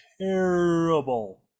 Terrible